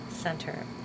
Center